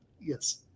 yes